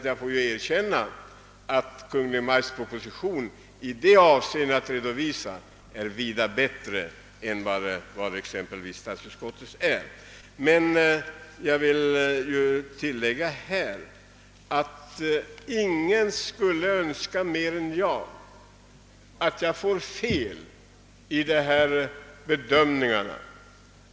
Jag får dock erkänna att Kungl. Maj:ts proposition i det avseendet är vida bättre än statsutskottets utlåtande. Låt mig tillägga, herr talman, att ingen önskar högre än jag att mina bedömningar skall visa sig felaktiga.